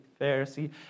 Pharisee